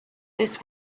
this